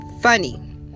funny